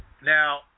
Now